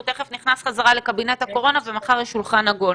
הוא תיכף נכנס חזרה לקבינט הקורונה ומחר יש שולחן עגול,